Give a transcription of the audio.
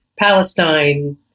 Palestine